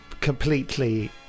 completely